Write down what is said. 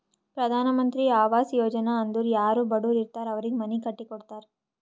ಪ್ರಧಾನ್ ಮಂತ್ರಿ ಆವಾಸ್ ಯೋಜನಾ ಅಂದುರ್ ಯಾರೂ ಬಡುರ್ ಇರ್ತಾರ್ ಅವ್ರಿಗ ಮನಿ ಕಟ್ಟಿ ಕೊಡ್ತಾರ್